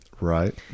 Right